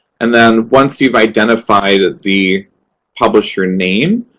and then once you've identified the publisher name,